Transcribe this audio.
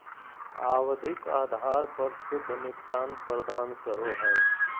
आवधिक आधार पर शुद्ध निपटान प्रदान करो हइ